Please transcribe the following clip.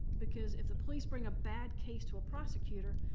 because if the police bring a bad case to a prosecutor,